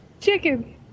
chicken